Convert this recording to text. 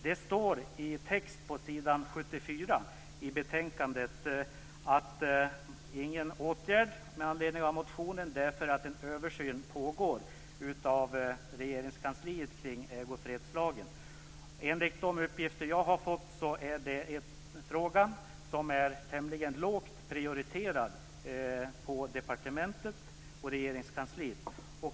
Det står i texten på s. 74 i betänkandet att ingen åtgärd kommer att vidtas med anledning av motionen därför att en översyn pågår i Regeringskansliet kring ägofredslagen. Enligt de uppgifter jag har fått är det en fråga som är tämligen lågt prioriterad på departementet och i Regeringskansliet.